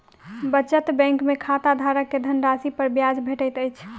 बचत बैंक में खाताधारक के धनराशि पर ब्याज भेटैत अछि